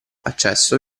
accesso